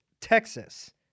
Texas